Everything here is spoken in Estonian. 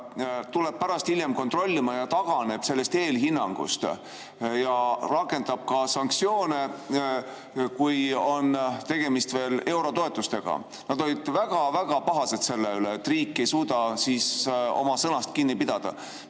tuleb hiljem kontrollima ja taganeb sellest eelhinnangust. Ja rakendab ka sanktsioone, kui tegemist on eurotoetustega. Nad olid väga-väga pahased selle üle, et riik ei suuda oma sõna pidada.